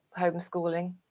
homeschooling